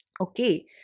Okay